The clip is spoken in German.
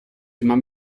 immer